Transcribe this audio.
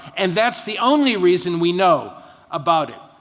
and that's the only reason we know about it.